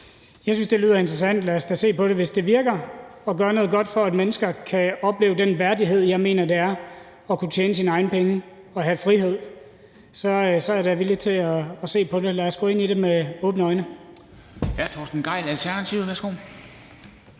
Jeg synes, det lyder interessant, lad os da se på det. Hvis det virker og gør noget godt for, at mennesker kan opleve den værdighed, jeg mener det er at kunne tjene sine egne penge og have frihed, så er jeg da villig til at se på det. Lad os gå ind i det med åbne øjne. Kl. 13:19 Formanden (Henrik